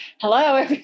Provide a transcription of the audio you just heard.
Hello